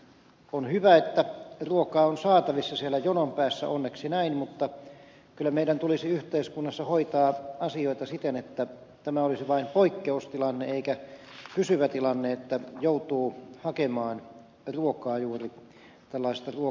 on hyvä että ruokaa on saatavissa siellä jonon päässä onneksi näin mutta kyllä meidän tulisi yhteiskunnassa hoitaa asioita siten että tämä olisi vain poikkeustilanne eikä pysyvä tilanne että joutuu hakemaan ruokaa juuri tällaisista ruokajonoista